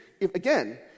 Again